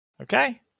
Okay